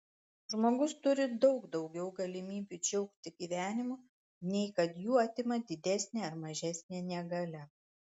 žmogus turi daug daugiau galimybių džiaugtis gyvenimu nei kad jų atima didesnė ar mažesnė negalia